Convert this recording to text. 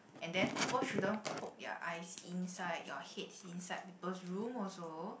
and then people shouldn't poke their eyes inside your heads inside people's room also